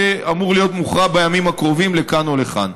שאמור להיות מוכרע בימים הקרובים לכאן או לכאן.